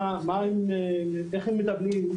איך הם מטפלים,